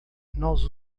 nós